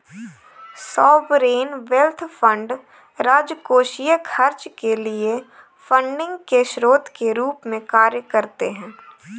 sovereign wealth fund राजकोषीय खर्च के लिए फंडिंग के स्रोत के रूप में कार्य करते हैं